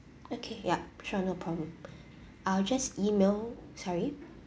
okay yup sure no problem I'll just email sorry